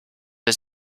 für